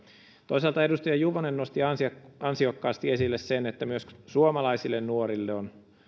toisaalta edustaja juvonen nosti ansiokkaasti ansiokkaasti esille sen että myös suomalaisille nuorille on